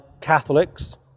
Catholics